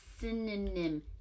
Synonym